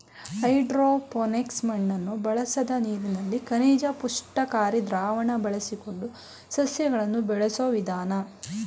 hydroponics ಮಣ್ಣನ್ನು ಬಳಸದೆ ನೀರಲ್ಲಿ ಖನಿಜ ಪುಷ್ಟಿಕಾರಿ ದ್ರಾವಣ ಬಳಸಿಕೊಂಡು ಸಸ್ಯಗಳನ್ನು ಬೆಳೆಸೋ ವಿಧಾನ